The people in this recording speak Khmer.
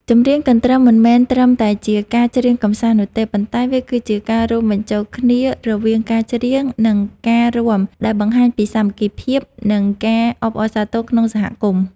ចម្រៀងកន្ទឹមមិនមែនត្រឹមតែជាការច្រៀងកម្សាន្តនោះទេ ប៉ុន្តែវាគឺជាការរួមបញ្ចូលគ្នារវាងការច្រៀង និងការរាំដែលបង្ហាញពីសាមគ្គីភាព និងការអបអរសាទរក្នុងសហគមន៍។